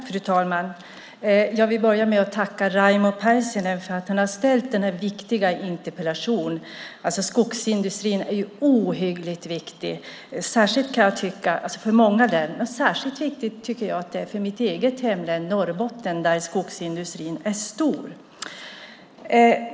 Fru talman! Jag vill börja med att tacka Raimo Pärssinen för att han har framställt denna viktiga interpellation. Skogsindustrin är ohyggligt viktig för många län, men jag tycker att den är särskilt viktig för mitt eget hemlän, Norrbotten, där skogsindustrin är stor.